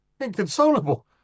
inconsolable